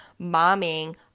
momming